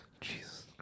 Jesus